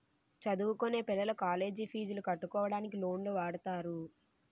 చదువుకొనే పిల్లలు కాలేజ్ పీజులు కట్టుకోవడానికి లోన్లు వాడుతారు